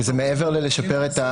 וזה מעבר ללשפר.